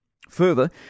Further